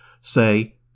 say